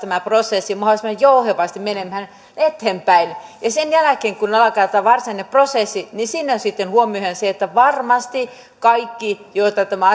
tämä prosessi mahdollisimman jouhevasti menemään eteenpäin sen jälkeen kun alkaa tämä varsinainen prosessi niin siinä sitten huomioidaan se että varmasti kaikki joita tämä